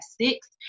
six